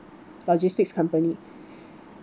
logistics company